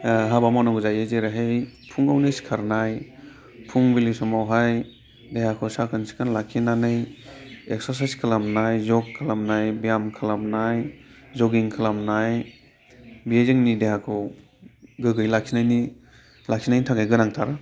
हाबा मावनांगौ जायो जेरैहाय फुङावनो सिखारनाय फुंबिलि समावहाय देहाखौ साखोन सिखोन लाखिनानै एक्सारसायस खालामनाय जग खालामनाय बेयाम खालामनाय जगिं खालामनाय बे जोंनि देहाखौ गोग्गोयै लाखिनायनि थाखाय गोनांथार